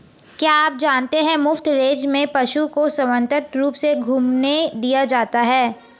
क्या आप जानते है मुफ्त रेंज में पशु को स्वतंत्र रूप से घूमने दिया जाता है?